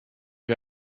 wir